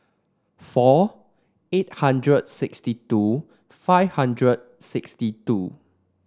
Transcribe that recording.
four eight hundred and sixty two five hundred sixty two